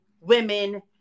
women